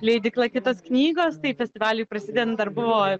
leidykla kitos knygos tai festivaliui prasidedant dar buvo